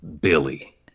billy